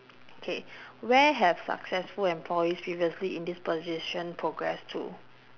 okay where have successful employees previously in this position progressed to